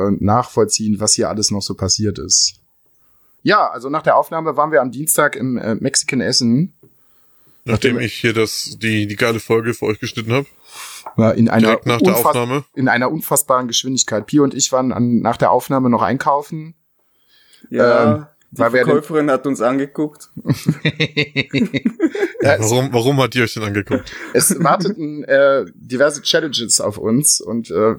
nachvollziehen, was hier alles noch so passiert ist. Ja, also nach der Aufnahme waren wir am Dienstag im, äh, Mexican Essen. Nachdem Nachdem- ich hier das- die- die geile Folge für euch geschnitten habe. Ja, in einer Direkt nach der unfass- Aufnahme. in einer unfassbaren Geschwindigkeit. Pio und ich waren an- nach der Aufnahme noch einkaufen. Ja, Ähm, die weil wir den- Verkäuferin hat uns angeguckt. Ja, Ja, es- warum- warum hat die euch denn angeguckt? Es warteten, äh, diverse Challenges auf uns und, äh,